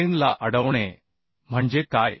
plain ला अडवणे म्हणजे काय